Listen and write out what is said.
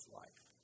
life